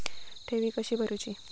ठेवी कशी भरूची?